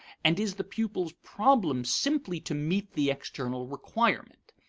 and is the pupil's problem simply to meet the external requirement?